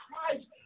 Christ